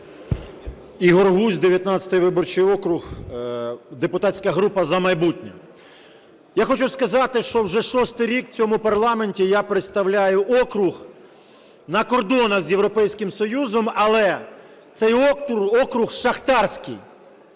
Ігор Гузь, 19 виборчий округ, депутатська група "За майбутнє". Я хочу сказати, що вже шостий рік в цьому парламенті я представляю округ на кордонах з Європейським Союзом, але цей округ шахтарський.